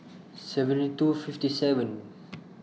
seventy two fifty seven